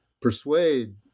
persuade